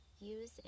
use